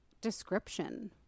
description